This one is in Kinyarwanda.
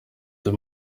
muri